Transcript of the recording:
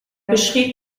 beschrieb